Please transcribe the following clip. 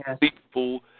People